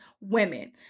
women